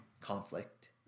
conflict